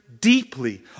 deeply